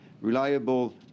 reliable